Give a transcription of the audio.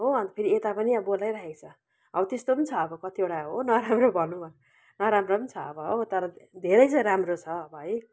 हो अन्त फेरि यता पनि अब बोलाइरहेको छ अब त्यस्तो पनि छ अब कतिवटा हो नराम्रो भनौँ भने नराम्रो पनि छ अब हो तर धेरै चाहिँ राम्रो छ अब है